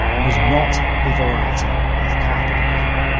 and was not a variety of capitalism.